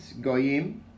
Goyim